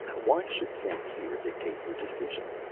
why should st. cyr dictate your decisions?